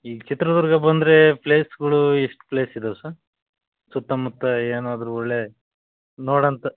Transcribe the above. ಈಗ ಚಿತ್ರದುರ್ಗ ಬಂದ್ರೆ ಪ್ಲೇಸ್ಗುಳು ಎಷ್ಟು ಪ್ಲೇಸ್ ಇದವೆ ಸರ್ ಸುತ್ತಮುತ್ತ ಏನಾದರು ಒಳ್ಳೆ ನೋಡೋಂತ